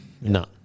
No